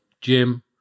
gym